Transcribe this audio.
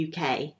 UK